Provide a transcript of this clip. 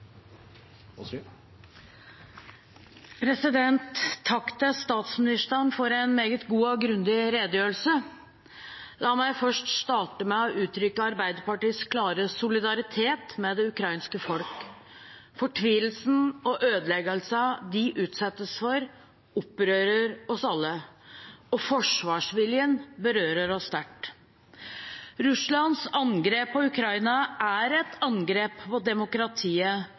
Takk til statsministeren for en meget god og grundig redegjørelse. La meg først starte med å uttrykke Arbeiderpartiets klare solidaritet med det ukrainske folk. Fortvilelsen og ødeleggelsene de utsettes for, opprører oss alle, og forsvarsviljen berører oss sterkt. Russlands angrep på Ukraina er et angrep på demokratiet